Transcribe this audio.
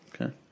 Okay